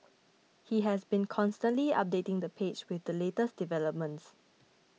he has been constantly updating the page with the latest developments